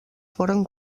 foren